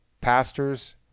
pastors